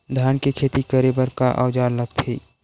धान के खेती करे बर का औजार लगथे?